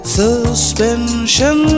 suspension